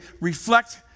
reflect